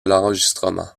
l’enregistrement